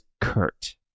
Kurt